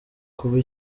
kuba